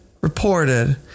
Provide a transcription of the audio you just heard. reported